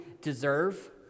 deserve